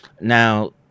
now